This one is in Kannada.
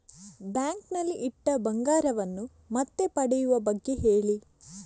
ಬ್ಯಾಂಕ್ ನಲ್ಲಿ ಇಟ್ಟ ಬಂಗಾರವನ್ನು ಮತ್ತೆ ಪಡೆಯುವ ಬಗ್ಗೆ ಹೇಳಿ